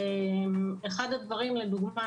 אחד הדברים לדוגמה,